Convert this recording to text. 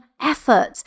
effort